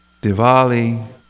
diwali